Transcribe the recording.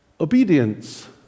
obedience